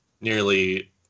nearly